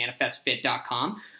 ManifestFit.com